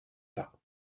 pas